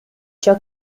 ciò